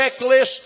checklist